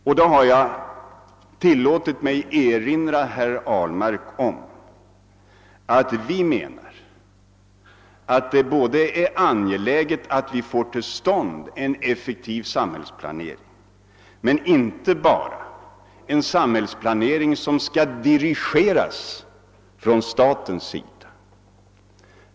Jag har då tillåtit mig erinra herr Ahlmark om vår åsikt, att det är angeläget att få till stånd en effektiv samhällsplanering, men en samhällsplanering som inte bara dirigeras av staten.